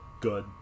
good